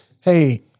Hey